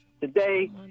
today